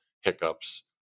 hiccups